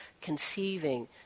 conceiving